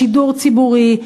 לשידור ציבורי,